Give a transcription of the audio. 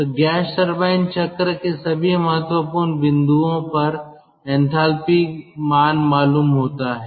तो gas turbine चक्र के सभी महत्वपूर्ण बिंदुओं पर एंथैल्पी मान मालूम होता है